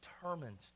determined